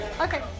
Okay